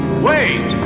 wait!